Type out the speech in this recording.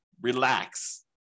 Relax